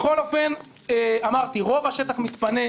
בכל אופן, אמרתי, רוב השטח מתפנה.